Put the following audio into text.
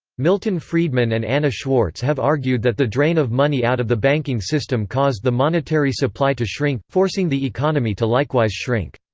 milton friedman and anna schwartz have argued that the drain of money out of the banking system caused the monetary supply to shrink, forcing the economy to likewise shrink.